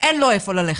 אין לאן ללכת,